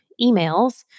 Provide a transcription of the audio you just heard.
emails